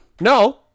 No